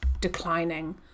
declining